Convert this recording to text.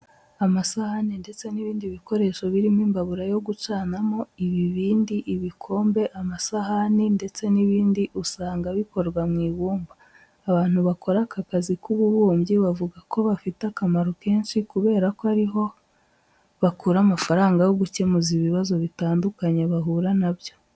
Amasahane ndetse n'ibindi bikoresho birimo imbabura yo gucanamo, ibibindi, ibikombe, amasahani ndetse n'ibindi usanga bikorwa mu ibumba. Abantu bakora aka kazi k'ububumbyi bavuga ko kabafite akamaro kenshi kubera ko ari ho bakura amafaranga yo gukemuza ibibazo bitandukanye bahura na byo.